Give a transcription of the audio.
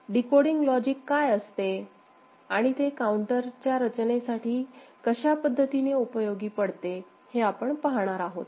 decoding logic काय असते आणि ते काउंटरच्या रचनेसाठी कशा पद्धतीने उपयोगी पडते हे आपण पाहणार आहोत